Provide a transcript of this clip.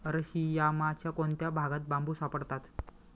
अरशियामाच्या कोणत्या भागात बांबू सापडतात?